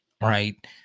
Right